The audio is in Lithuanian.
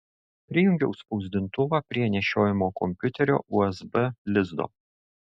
prijungiau spausdintuvą prie nešiojamo kompiuterio usb lizdo